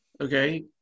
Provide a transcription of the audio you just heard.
okay